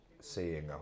seeing